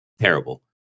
Terrible